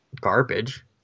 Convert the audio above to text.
garbage